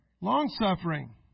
Long-suffering